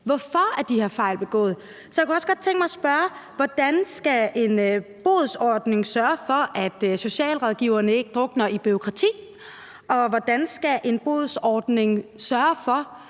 Hvorfor er de her fejl begået? Så jeg kunne også godt tænke mig at spørge: Hvordan skal en bodsordning sørge for, at socialrådgiverne ikke drukner i bureaukrati, og hvordan skal en bodsordning sørge for,